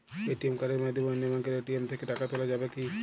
ATM কার্ডের মাধ্যমে অন্য ব্যাঙ্কের এ.টি.এম থেকে টাকা তোলা যাবে কি?